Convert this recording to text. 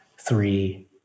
Three